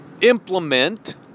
implement